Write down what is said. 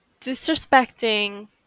disrespecting